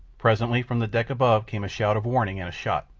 presently from the deck above came a shout of warning and a shot.